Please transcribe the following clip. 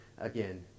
again